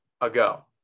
ago